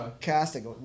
casting